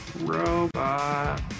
Robot